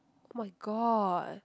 !oh-my-god!